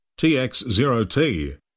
TX0T